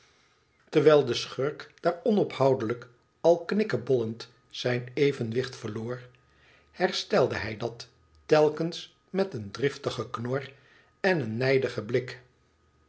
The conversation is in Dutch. terwijl de schurk daar onophoudelijk al knikkebouend zijn evenwicht verloor herstelde hij dat telkens met een driftig geknor en een nijdigen blik